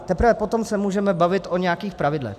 Teprve potom se můžeme bavit o nějakých pravidlech.